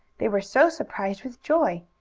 they were so surprised with joy.